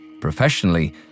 Professionally